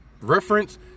reference